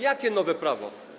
Jakie nowe prawo?